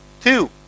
Two